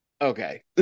okay